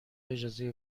اجازه